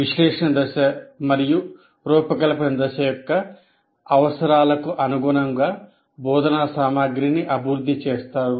విశ్లేషణ దశ మరియు రూపకల్పన దశ యొక్క అవసరాలకు అనుగుణంగా బోధనా సామగ్రిని అభివృద్ధి చేస్తారు